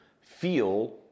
feel